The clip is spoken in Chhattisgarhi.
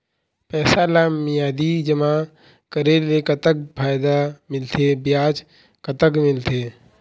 पैसा ला मियादी जमा करेले, कतक फायदा मिलथे, ब्याज कतक मिलथे?